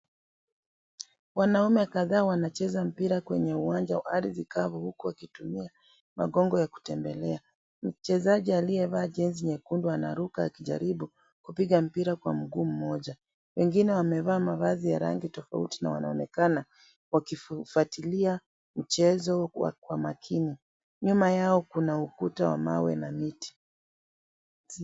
Wanaume kadhaa wanacheza mpira kwenye uwanja wa ardhi kavu huku wakitumia magongo ya kutembelea. Mchezaji aliyevaa jezi nyekundu anaruka akijaribu kupiga mpira kwa mguu mmoja. Wengine wamevaa mavazi ya rangi tofauti na wanaonekana wakifuatilia mchezo kwa makini. Nyuma yao kuna ukuta wa mawe na miti.